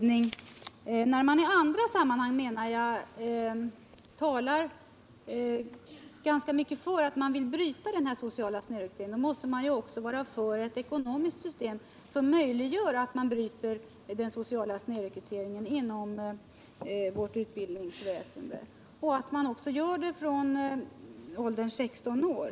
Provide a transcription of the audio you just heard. När man i andra sammanhang talar ganska mycket för att den sociala snedrekryteringen skall brytas måste man ju också vara för ett ekonomiskt system som möjliggör att man bryter den sociala snedrekryteringen inom vårt utbildningsväsende samt att man då också gör det från åldern 16 år.